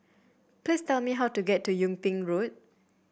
please tell me how to get to Yung Ping Road